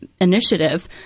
initiative